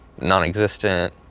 non-existent